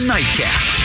Nightcap